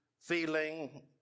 feeling